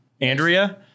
Andrea